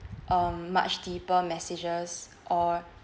um much deeper messages or